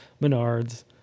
Menards